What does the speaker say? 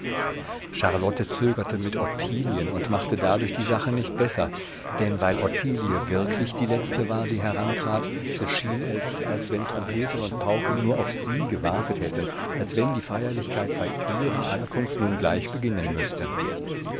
charlotte zögerte mit ottilien und machte dadurch die sache nicht besser denn weil ottilie wirklich die letzte war die herantrat so schien es als wenn trompeten und pauken nur auf sie gewartet hätten als wenn die feierlichkeit bei ihrer ankunft nun gleich beginnen müßte